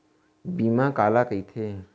बीमा काला कइथे?